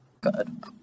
Good